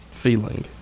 feeling